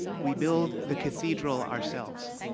we build the cathedral ourselves.